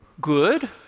good